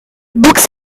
books